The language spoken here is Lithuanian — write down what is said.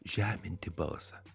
žeminti balsą